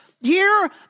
year